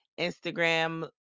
Instagram